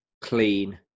clean